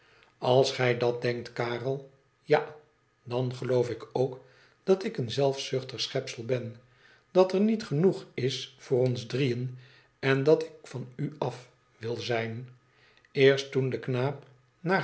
als gij dat denkt karel ja dan geloof ik ook dat ik een zelfzuchtig schepsel ben dat er niet genoeg is voor ons drieën en dat ik van u af wil zijn eerst toen de knaap